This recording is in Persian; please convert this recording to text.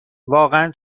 واقعا